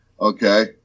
Okay